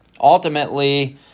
Ultimately